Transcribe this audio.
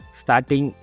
starting